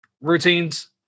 routines